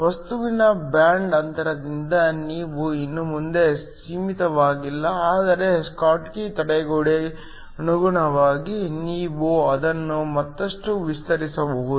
ವಸ್ತುವಿನ ಬ್ಯಾಂಡ್ ಅಂತರದಿಂದ ನೀವು ಇನ್ನು ಮುಂದೆ ಸೀಮಿತವಾಗಿಲ್ಲ ಆದರೆ ಸ್ಕಾಟ್ಕಿ ತಡೆಗೋಡೆಗೆ ಅನುಗುಣವಾಗಿ ನೀವು ಅದನ್ನು ಮತ್ತಷ್ಟು ವಿಸ್ತರಿಸಬಹುದು